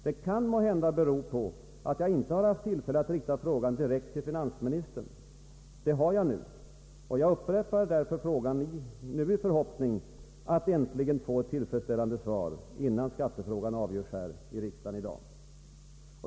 Det kan måhända bero på att jag inte haft tillfälle att rikta frågan direkt till finansministern, men det har jag nu och jag upprepar därför frågan i förhoppning om att äntligen få ett tillfredsställande svar, innan skattefrågan avgörs i riksdagen i dag.